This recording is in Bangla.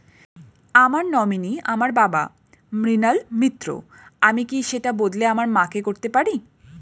আমার নমিনি আমার বাবা, মৃণাল মিত্র, আমি কি সেটা বদলে আমার মা কে করতে পারি?